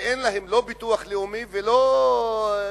ואין להם לא ביטוח לאומי ולא קופת-חולים.